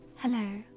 Hello